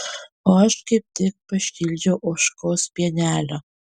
o aš kaip tik pašildžiau ožkos pienelio